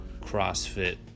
crossfit